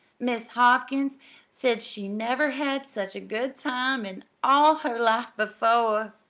mis' hopkins said she never had such a good time in all her life before.